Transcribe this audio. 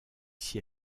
s’y